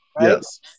Yes